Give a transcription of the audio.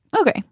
Okay